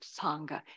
Sangha